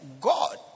God